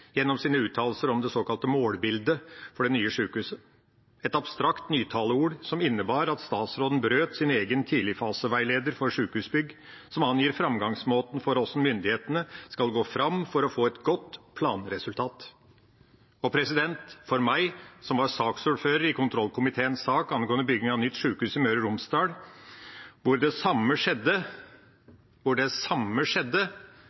gjennom sine uttalelser om det såkalte målbildet for det nye sykehuset – et abstrakt nytaleord som innebar at statsråden brøt sin egen tidligfaseveileder for sykehusbygg, som angir framgangsmåten for hvordan myndighetene skal gå fram for å få et godt planresultat. For meg, som var saksordfører i kontrollkomiteens sak angående bygging av nytt sykehus i Møre og Romsdal, hvor det samme skjedde,